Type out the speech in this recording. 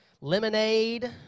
lemonade